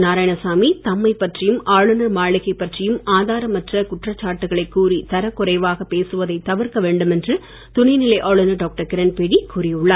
நாராயணசாமி தம்மை பற்றியும் ஆளுநர் மாளிகை பற்றியும் ஆதாரமற்ற குற்றச்சாட்டுக்களை கூறி தரக்குறைவாக பேசுவதை தவிர்க்க வேண்டும் என்று துணைநிலை ஆளுநர் டாக்டர் கிரண்பேடி கூறியுள்ளார்